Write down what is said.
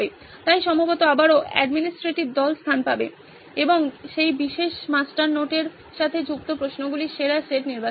তাই সম্ভবত আবারও অ্যাডমিনিস্ট্রেটিভ দল স্থান পাবে এবং সেই বিশেষ মাস্টার নোটের সাথে যুক্ত প্রশ্নগুলির সেরা সেট নির্বাচন করবে